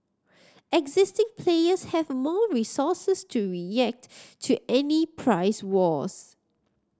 existing players have more resources to react to any price wars